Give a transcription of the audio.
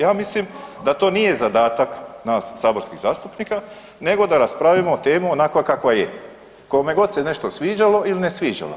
Ja mislim da to nije zadatak nas saborskih zastupnika nego da raspravimo temu onakva kakva je kome god se nešto sviđalo ili ne sviđalo.